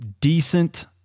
decent